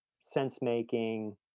sense-making